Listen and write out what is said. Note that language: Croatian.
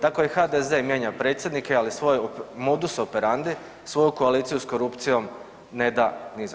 Tako i HDZ mijenja predsjednike ali svoj modus operandi, svoju koaliciju s korupcijo ne da ni za što.